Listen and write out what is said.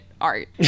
art